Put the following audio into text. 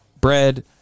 Bread